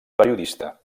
periodista